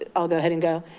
ah i'll go ahead and go.